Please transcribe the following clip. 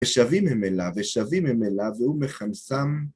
ושבים הם אליו, ושבים הם אליו, והוא מכנסם